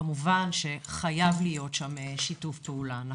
כמובן שחייב להיות שם שיתוף פעולה.